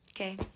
Okay